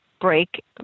Break